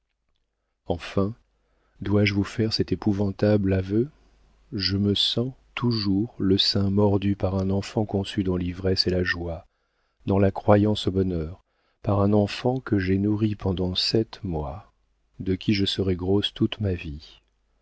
enfin dois-je vous faire cet épouvantable aveu je me sens toujours le sein mordu par un enfant conçu dans l'ivresse et la joie dans la croyance au bonheur par un enfant que j'ai nourri pendant sept mois de qui je serai grosse toute ma vie